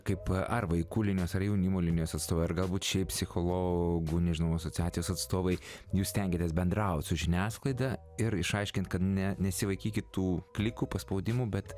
kaip ar vaikų linijos ar jaunimo linijos atstovai ar galbūt šiaip psichologų nežinau asociacijos atstovai jūs stengiatės bendraut su žiniasklaida ir išaiškint kad ne nesivaikykit tų klikų paspaudimų bet